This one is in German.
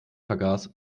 vergaß